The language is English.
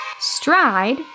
Stride